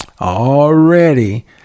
Already